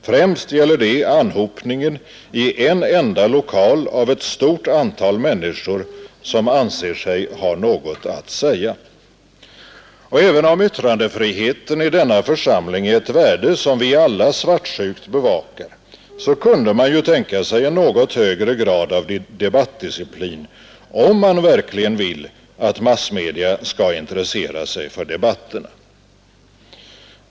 Främst gäller det anhopningen i en enda lokal av ett stort antal människor som anser sig ha något att säga. Även om yttrandefriheten i denna församling är ett värde som vi alla svartsjukt bevakar kunde man ju tänka sig en något högre grad av debattdisciplin om man verkligen vill att massmedia skall intressera sig för debatterna.